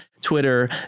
Twitter